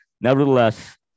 nevertheless